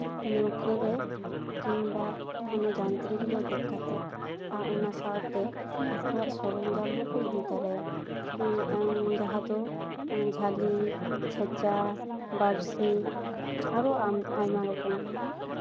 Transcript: ᱱᱟᱹᱣᱠᱟᱹ ᱨᱮ ᱠᱤᱢᱵᱟ ᱡᱟᱱᱛᱤᱨᱤᱠ ᱨᱮ ᱫᱮᱡ ᱠᱟᱛᱮᱫ ᱟᱨ ᱚᱱᱟ ᱥᱟᱶᱛᱮ ᱟᱠᱚᱣᱟᱜ ᱥᱚᱨᱚᱧᱡᱟᱢ ᱦᱚᱸᱠᱚ ᱤᱫᱤ ᱛᱚᱨᱟᱭᱟ ᱦᱮᱸ ᱡᱟᱦᱟᱸ ᱫᱚ ᱡᱷᱟᱹᱞᱤ ᱠᱷᱮᱪᱟ ᱵᱟᱹᱲᱥᱤ ᱟᱨᱚ ᱟᱭᱢᱟ ᱨᱚᱠᱚᱢ